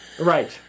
right